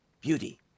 beauty